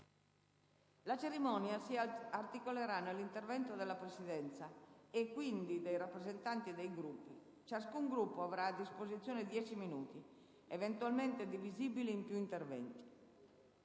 La cerimonia si articolerà nell'intervento della Presidenza e quindi dei rappresentanti dei Gruppi. Ciascun Gruppo avrà a disposizione 10 minuti, eventualmente divisibili in più interventi.